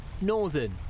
Northern